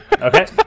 Okay